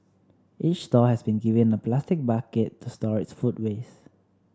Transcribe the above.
each stall has been given a plastic bucket to store its food waste